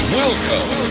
welcome